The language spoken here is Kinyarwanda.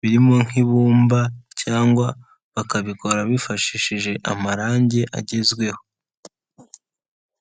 birimo nk'ibumba cyangwa bakabikora bifashishije amarange agezweho.